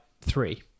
three